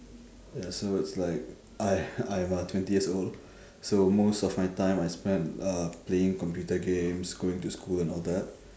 ya so it's like I I'm uh twenty years old so most of my time I spend uh playing computer games going to school and all that